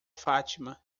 fátima